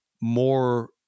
more